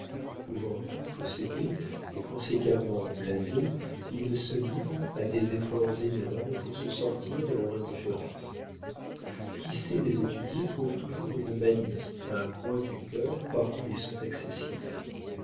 pouvant tout posséder et conséquemment blasés ils se livrent à des efforts énormes pour se sortir de leur indifférence qui sait les étudier trouve toujours une manie un coin du cœur par où ils sont accessibles